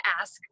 ask